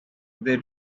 they